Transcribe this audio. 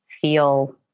feel